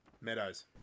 Meadows